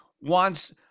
wants